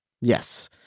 yes